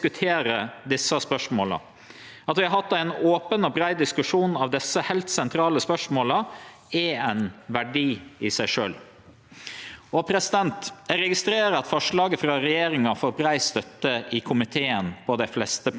seg sjølv. Eg registrerer at forslaget frå regjeringa får brei støtte i komiteen på dei fleste punkta. Eg meiner dette sender eit viktig signal, og det er ein stor styrke for demokratiet vårt at partia kan stå saman om forslag til ny vallov.